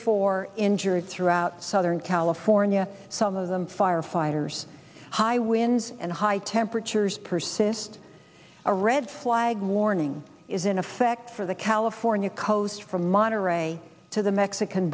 four injuries throughout southern california some of them firefighters high winds and high temperatures persist a red flag warning is in effect for the california coast from monterey to the mexican